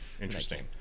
Interesting